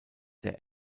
der